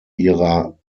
ihrer